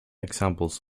examples